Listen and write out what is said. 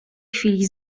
chwili